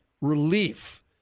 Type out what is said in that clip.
relief